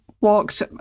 walked